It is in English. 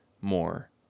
more